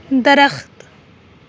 درخت